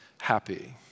happy